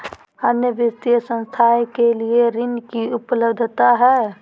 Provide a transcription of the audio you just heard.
अन्य वित्तीय संस्थाएं के लिए ऋण की उपलब्धता है?